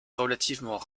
relativement